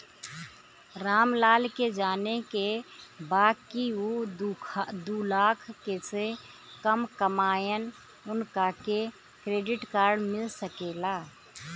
राम लाल के जाने के बा की ऊ दूलाख से कम कमायेन उनका के क्रेडिट कार्ड मिल सके ला?